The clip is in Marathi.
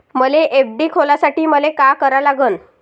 मले एफ.डी खोलासाठी मले का करा लागन?